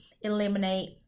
eliminate